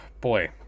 boy